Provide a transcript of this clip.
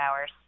hours